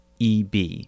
EB